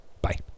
Bye